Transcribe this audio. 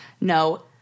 no